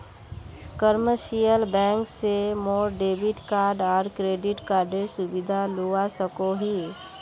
commercial bank से मोर debit card आर क्रेडिट कार्डेर सुविधा लुआ सकोही